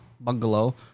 bungalow